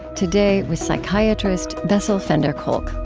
today, with psychiatrist bessel van der kolk